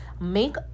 make